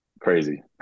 crazy